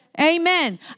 amen